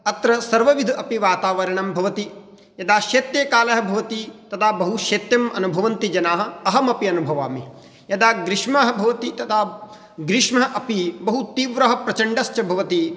अत्र सर्वविधम् अपि वातावरणं भवति यदा शैत्यकालः भवति तदा बहुशैत्यम् अनुभवन्ति जनाः अहमपि अनुभवामि यदा ग्रीष्मः भवति तदा ग्रीष्मः अपि बहुतीव्रः प्रचण्डश्च भवति